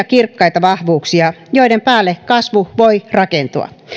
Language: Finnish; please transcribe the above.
kirkkaita vahvuuksia joiden päälle kasvu voi rakentua